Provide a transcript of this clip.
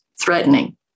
threatening